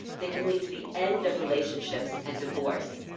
they can lead to the end of relationships and divorce,